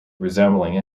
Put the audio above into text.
resembling